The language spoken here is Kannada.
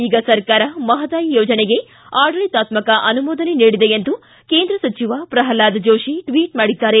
ಈಗ ಸರ್ಕಾರ ಮಹದಾಯಿ ಯೋಜನೆಗೆ ಆಡಳಿತಾತ್ಕ ಅನುಮೋದನೆ ನೀಡಿದೆ ಎಂದು ಕೇಂದ್ರ ಸಚಿವ ಪ್ರಹ್ಹಾದ್ ಜೋಶಿ ಟ್ವಿಟ್ ಮಾಡಿದ್ದಾರೆ